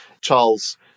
Charles